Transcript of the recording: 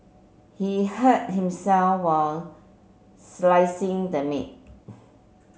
he hurt himself while slicing the meat